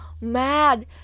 mad